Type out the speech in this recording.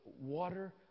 water